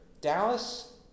Dallas